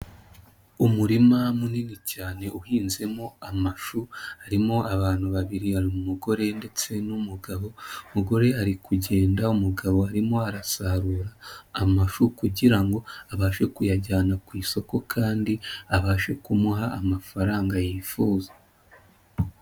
Umurima munini cyane uhinzemo amashu harimo abantu babiri hari umugore ndetse n'umugabo, umugore ari kugenda umugabo arimo arasarura amashuu kugirango abashe kuyajyana ku isoko kandi abashe kumuha amafaranga yifuza.